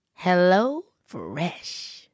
HelloFresh